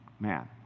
man